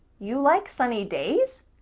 you like sunny days?